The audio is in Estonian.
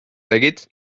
tegid